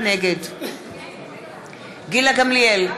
נגד גילה גמליאל,